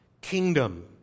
kingdom